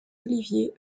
oliviers